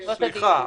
סליחה.